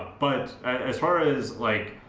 but as far as like,